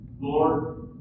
Lord